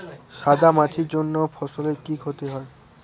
সাদা মাছির জন্য ফসলের কি ক্ষতি হয়?